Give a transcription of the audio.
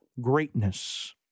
greatness